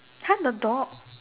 !huh! the dog